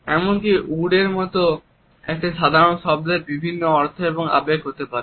এমন কি উড এর মতন একটি সাধারন শব্দের বিভিন্ন অর্থ এবং আবেগ হতে পারে